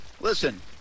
listen